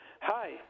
Hi